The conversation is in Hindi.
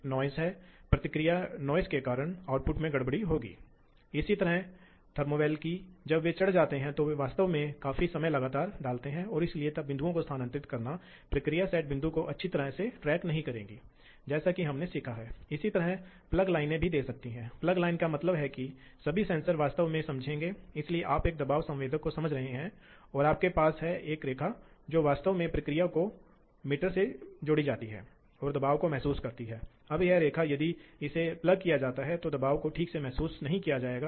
तो यह लंबाई वास्तव में बदल रही है वास्तव में सिकुड़ रही है इसलिए विभिन्न प्रकार के ऑफसेट का उत्पादन किया जाता है और ये तब है जब आप वास्तव में गति दे रहे हैं इसलिए आपको उपकरण को इस तरह से गति देना होगा कि बाद में इस परिमित उपकरण सिर की स्थिति का ख्याल रखते हुए फिर सही पैरामीटर प्राप्त किया जाएगा